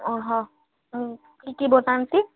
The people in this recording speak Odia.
ଓହୋ କି କି ବତାନ୍ତି